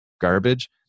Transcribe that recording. garbage